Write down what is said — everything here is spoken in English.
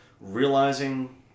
realizing